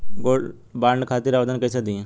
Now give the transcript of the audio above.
Gold bond खातिर आवेदन कैसे दिही?